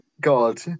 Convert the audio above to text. God